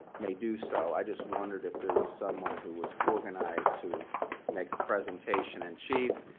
may do so. i just wondered if there was someone who was organized to make a presentation and chief.